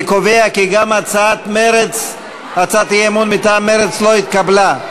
אני קובע כי גם הצעת האי-אמון מטעם מרצ לא התקבלה.